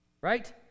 Right